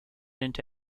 into